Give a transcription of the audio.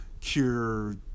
cure